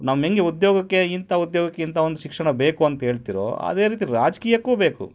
ನಮ್ಮ ಹೆಂಗೆ ಉದ್ಯೋಗಕ್ಕೆ ಇಂಥ ಉದ್ಯೋಗಕ್ಕೆ ಇಂಥ ಒಂದು ಶಿಕ್ಷಣ ಬೇಕು ಅಂತ ಹೇಳ್ತೀರೊ ಅದೇ ರೀತಿ ರಾಜಕೀಯಕ್ಕೂ ಬೇಕು